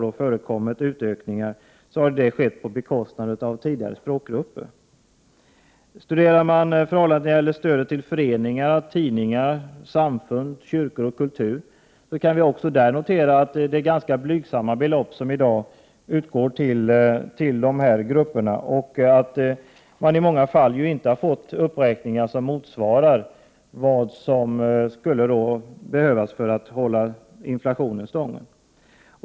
I den mån utökningar har gjorts har det skett på bekostnad av andra språkgrupper. Beträffande stödet till föreningar, tidningar, samfund, kyrkor och kultur kan man notera att ganska blygsamma belopp utgår till dessa grupper. I många fall har uppräkningarna inte varit tillräckliga för att hålla inflationen stången.